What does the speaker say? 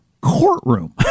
courtroom